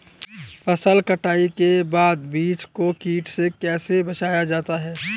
फसल कटाई के बाद बीज को कीट से कैसे बचाया जाता है?